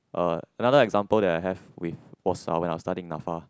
uh another example that I have with was when I was studying NAFA